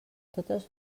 totes